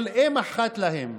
אבל אֵם אחת להם,